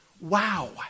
Wow